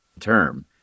term